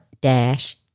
dash